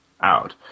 out